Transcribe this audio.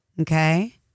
Okay